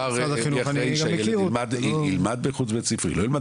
על אם ילמד ב-׳חוץ בית ספרי׳ או לא,